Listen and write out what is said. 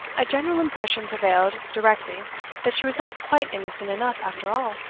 a general impression prevailed directly that she was not quite innocent enough, after all,